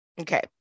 Okay